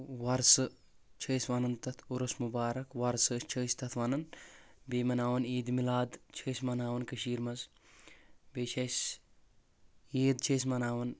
وۄرسہٕ چھِ أسۍ ونان تتھ اُرُس مبارک وۄرسہٕ چھِ أسۍ تتھ ونان بییٚہِ مناوان عیدِ میٚلاد چھِ أسۍ مناوان کٔشیٖر منٛز بییٚہِ چھِ اسہِ عید چھِ أسۍ مناوان